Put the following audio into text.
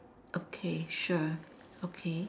okay sure okay